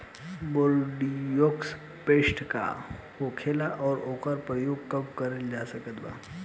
Bordeaux paste का होखेला और ओकर प्रयोग कब करल जा सकत बा?